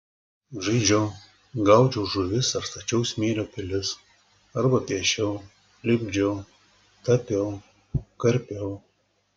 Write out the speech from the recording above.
žaidžiau gaudžiau žuvis ar stačiau smėlio pilis arba piešiau lipdžiau tapiau karpiau